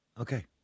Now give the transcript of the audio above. Okay